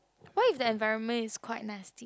what if the environment is quit nasty